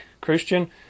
Christian